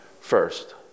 first